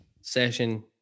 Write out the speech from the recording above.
Session